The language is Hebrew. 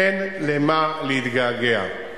אין למה להתגעגע.